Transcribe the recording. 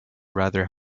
rather